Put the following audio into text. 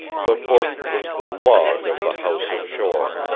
the book was the log of the house of shore.